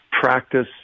practice